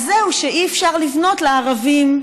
אז זהו, שאי-אפשר לבנות לערבים.